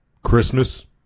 Christmas